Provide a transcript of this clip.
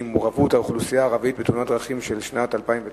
מעורבות האוכלוסייה הערבית בתאונות דרכים בשנת 2009,